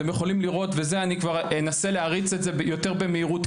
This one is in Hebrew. אתם יכולים לראות וזה אני כבר אנסה להריץ את זה יותר במהירות,